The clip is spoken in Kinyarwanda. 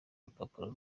urupapuro